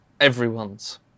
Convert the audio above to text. everyone's